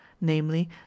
namely